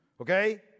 okay